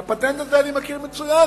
את הפטנט הזה אני מכיר מצוין,